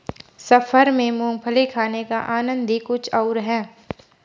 सफर में मूंगफली खाने का आनंद ही कुछ और है